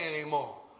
anymore